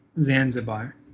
Zanzibar